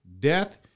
death